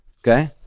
Okay